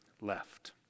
left